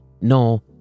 No